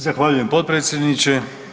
Zahvaljujem potpredsjedniče.